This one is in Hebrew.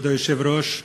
כבוד היושב-ראש,